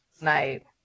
Night